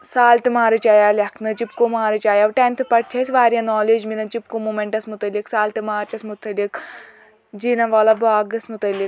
سالٹہٕ march آیاو لیٚکھنہٕ Chipko march آیاو ٹیٚنتھہٕ پَتہٕ چھِ اسہِ واریاہ نوٛالیج میلان چپکو مومیٚنٹَس متعلق سالٹہٕ مارچَس متعلق جیٚلیانہ والا باغَس متعلق